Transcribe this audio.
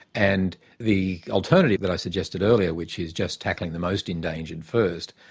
and the alternative that i suggested earlier, which is just tackling the most endangered first,